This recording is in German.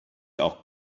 auch